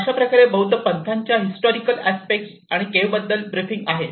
अशाप्रकारे बौद्ध पंथाच्या हिस्टॉरिकल अस्पेक्ट आणि केव्ह बद्दल ब्रिफिंग आहे